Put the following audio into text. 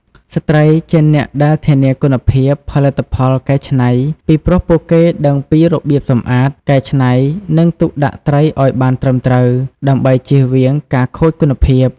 ស្ត្រីជាអ្នកដែលធានាគុណភាពផលិតផលកែច្នៃ ពីព្រោះពួកគេដឹងពីរបៀបសម្អាត កែច្នៃ និងទុកដាក់ត្រីឲ្យបានត្រឹមត្រូវ ដើម្បីជៀសវាងការខូចគុណភាព។